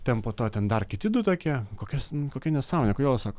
ten po to ten dar kiti du tokie kokias n kokia nesąmonė kodėl sako